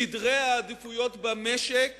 סדרי העדיפויות במשק